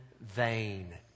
vain